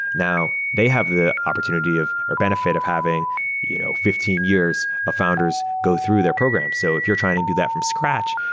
now, they have the opportunity or benefit of having you know fifteen years of founders go through their program. so if you're trying to do that from scratch,